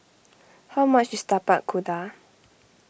how much is Tapak Kuda